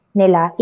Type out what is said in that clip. nila